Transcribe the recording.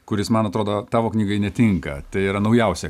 kuris man atrodo tavo knygai netinka tai yra naujausia